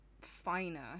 finer